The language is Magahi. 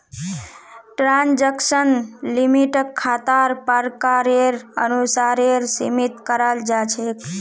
ट्रांजेक्शन लिमिटक खातार प्रकारेर अनुसारेर सीमित कराल जा छेक